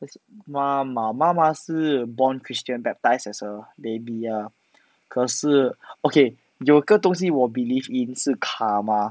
妈妈妈妈是 born christian back baptise as a baby ah 可是 okay 有个东西我 believe in 是 karma